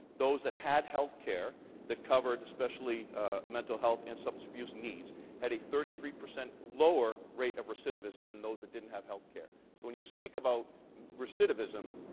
those that had healthcare that covered especially mental health and substance abuse needs had a thirty three percent lower rate of recidivism than those that didn't have healthcare. so when you speak about recidivism,